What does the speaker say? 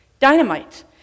dynamite